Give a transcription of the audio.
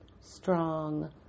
strong